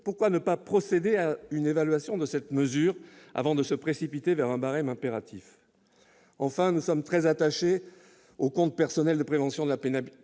pourquoi ne pas procéder à une évaluation de cette mesure avant de se précipiter pour mettre en place un barème impératif ? Enfin, nous sommes très attachés au compte personnel de prévention de la pénibilité.